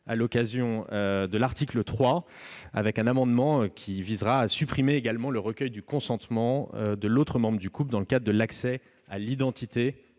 l'occasion d'y revenir à l'article 3, avec un amendement visant à supprimer le recueil du consentement de l'autre membre du couple dans le cadre de l'accès à l'identité